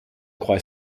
quite